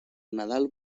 nadal